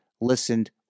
listened